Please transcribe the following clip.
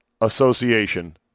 Association